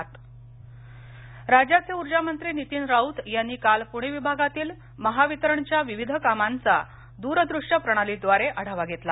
महावितरण राज्याचे ऊर्जा मंत्री नितीन राऊत यांनी काल पुणे विभागातील महावितरणच्या विविध कामांचा द्रदृश्य प्रणालीद्वारे आढावा घेतला